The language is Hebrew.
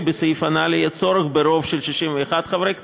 בסעיף הנ"ל יהיה צורך ברוב של 61 חברי כנסת.